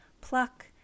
Pluck